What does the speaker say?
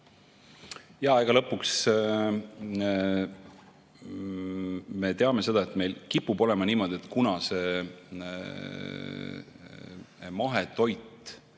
Jaa, lõpuks me teame seda, et meil kipub olema niimoodi, et kuna mahetoitu